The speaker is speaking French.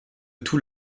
tout